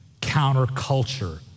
counterculture